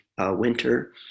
Winter